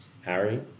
Harry